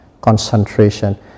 concentration